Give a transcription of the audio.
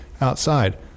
outside